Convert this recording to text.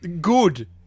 good